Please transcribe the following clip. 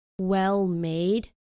well-made